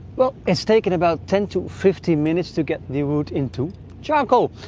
well it's taken about ten to fifteen minutes to get the wood into charcoal.